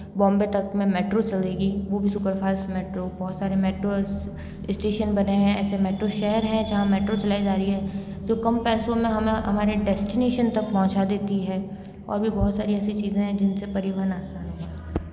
बॉम्बे तक में मेट्रो चलेगी वो भी सुपरफ़ास्ट मेट्रो बहुत सारे मेट्रो इस्टेशन बने हैं ऐसे मेट्रो शहर हैं जहां मेट्रो चलाई जा रही है तो कम पैसों में हमें हमारे डेस्टिनेशन तक पंहुचा देती है और भी बहुत सारी ऐसी चीज़े हैं जिनसे परिवहन आसान